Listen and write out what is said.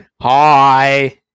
Hi